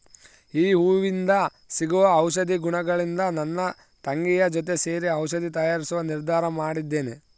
ಈ ಹೂವಿಂದ ಸಿಗುವ ಔಷಧಿ ಗುಣಗಳಿಂದ ನನ್ನ ತಂಗಿಯ ಜೊತೆ ಸೇರಿ ಔಷಧಿ ತಯಾರಿಸುವ ನಿರ್ಧಾರ ಮಾಡಿದ್ದೇನೆ